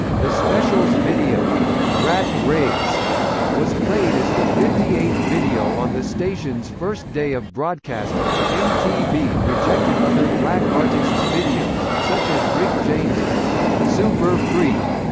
the specials' video rat race was played as the fifty eighth video on the station's first day of broadcasting mtv rejected other black artists' videos, such as rick james' super freak,